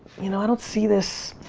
you know i don't see this